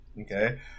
okay